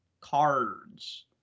cards